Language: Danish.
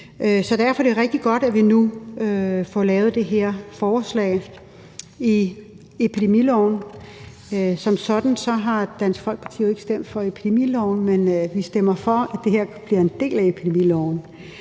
og derfor er det rigtig godt, at vi nu får lavet det her forslag i epidemiloven. Som sådan har Dansk Folkeparti jo ikke stemt for epidemiloven, men vi stemmer for, at det her bliver en del af epidemiloven,